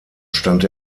stand